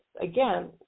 again